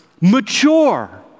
mature